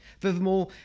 Furthermore